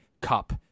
Cup